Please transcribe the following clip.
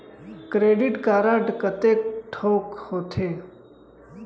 Credit card कतेक ठोक होथे?